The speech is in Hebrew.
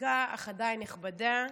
ריקה אך עדיין נכבדה,